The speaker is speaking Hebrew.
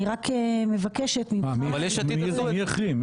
מי החרים?